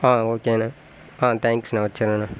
ஆ ஓகேண்ண ஆ தேங்ஸ்ண்ணா வச்சிட்டுறண்ணேன்